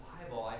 Bible